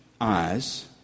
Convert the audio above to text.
eyes